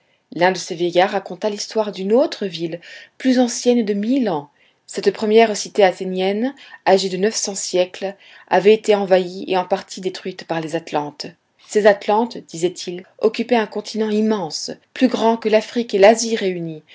l'un de ces vieillards raconta l'histoire d'une autre ville plus ancienne de mille ans cette première cité athénienne âgée de neuf cents siècles avait été envahie et en partie détruite par les atlantes ces atlantes disait-il occupaient un continent immense plus grand que l'afrique et l'asie réunies